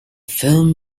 film